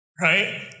right